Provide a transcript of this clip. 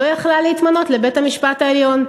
לא יכלה להתמנות לבית-המשפט העליון.